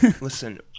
Listen